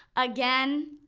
again